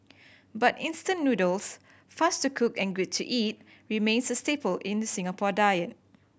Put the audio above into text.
but instant noodles fast to cook and good to eat remains a staple in the Singapore diet